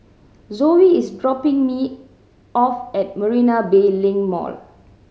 Zoey is dropping me off at Marina Bay Link Mall